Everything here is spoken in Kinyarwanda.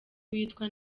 witwa